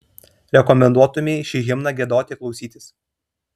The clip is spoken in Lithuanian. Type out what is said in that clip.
rekomenduotumei šį himną giedoti klausytis